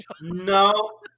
No